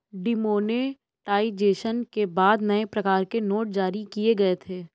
demonetisation के बाद नए प्रकार के नोट जारी किए गए थे